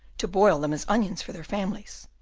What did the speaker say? to boil them as onions for their families,